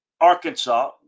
Arkansas